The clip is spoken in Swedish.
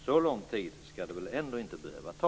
Så lång tid skall det väl inte behöva ta?